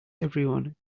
everyone